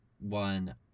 one